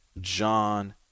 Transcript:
John